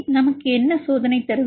எனவே நமக்கு என்ன சோதனை தரவு